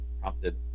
prompted